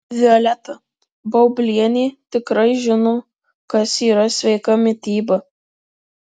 violeta baublienė tikrai žino kas yra sveika mityba